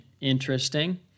Interesting